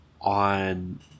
on